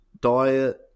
diet